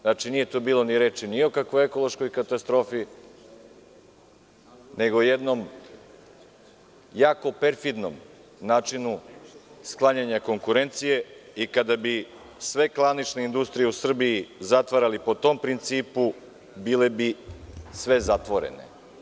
Znači nije bilo reči ni o kakvoj ekološkoj katastrofi, nego o jednom jako perfidnom načinu sklanjanja konkurencije i kada bi sve klanične industrije u Srbiji zatvarali po tom principu, bile bi sve zatvorene.